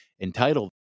entitled